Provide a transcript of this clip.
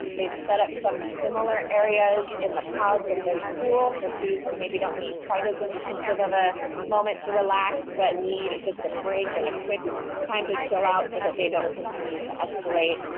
and they've set up some similar areas in the pods of their school for students who maybe don't need quite as intensive of a moment to relax, but need just a break and a quick time to chill out so that they don't continue to escalate,